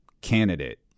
candidate